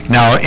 Now